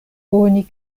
oni